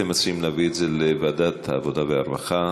אתם מציעים להביא את זה לוועדת העבודה והרווחה.